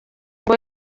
ngo